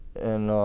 and